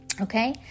Okay